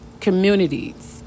communities